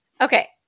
okay